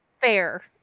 fair